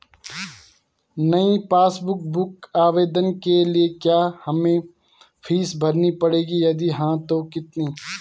नयी passbook book आवेदन के लिए क्या हमें फीस भरनी पड़ेगी यदि हाँ तो कितनी?